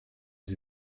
sie